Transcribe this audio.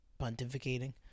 pontificating